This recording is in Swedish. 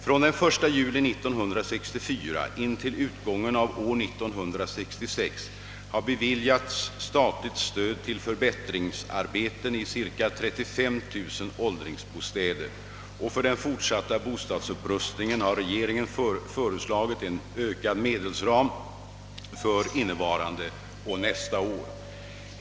Från den 1 juli 1964 intill utgången av år 1966 har beviljats statligt stöd till förbättringsarbeten i ca 32 000 åldringsbostäder, och för den fortsatta bostadsupprustningen har regeringen föreslagit en ökad medelsram för innevarande och nästa år.